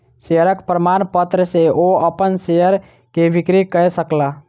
शेयरक प्रमाणपत्र सॅ ओ अपन शेयर के बिक्री कय सकला